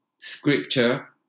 scripture